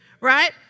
Right